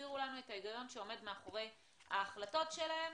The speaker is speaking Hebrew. ויסבירו לנו את ההיגיון שעומד מאחורי ההחלטות שלהם.